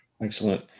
Excellent